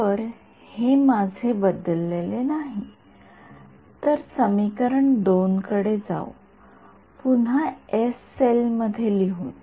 तर हे माझे बदललेले नाही तर समीकरण २ कडे जाऊ पुन्हा एस सेल मध्ये लिहून